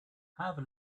have